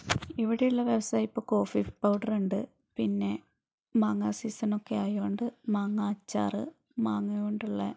ഇവിടെ ഉള്ള വ്യവസായം ഇപ്പോൾ കോഫീ പൗഡർ ഉണ്ട് പിന്നെ മാങ്ങ സീസൺ ഒക്കെ ആയതുകൊണ്ട് മാങ്ങ അച്ചാറ് മാങ്ങകൊണ്ടുള്ള